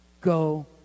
Go